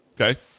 okay